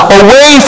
away